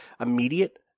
immediate